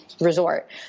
resort